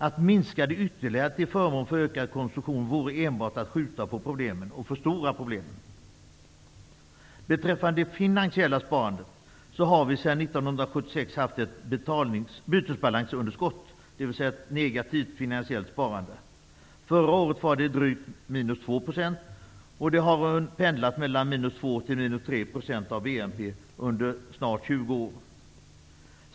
Att minska det ytterligare till förmån för ökad konsumtion vore enbart att skjuta på problemen och förstora dem. Beträffande det ''finansiella sparandet'' har vi sedan 1976 haft ett bytesbalansunderskott, dvs. ett negativt ''finansiellt sparande''. Förra året var detta drygt 2 %, och det har pendlat mellan 2 % och 3 % av BNP under snart 20 år.